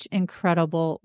incredible